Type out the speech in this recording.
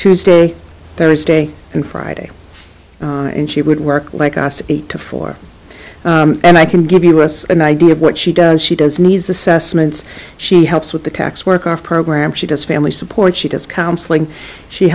tuesday thursday and friday and she would work like us eight to four and i can give us an idea of what she does she does nice assessments she helps with the tax worker program she does family support she does counseling she